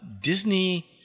Disney